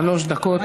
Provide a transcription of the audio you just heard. שלוש דקות, גברתי.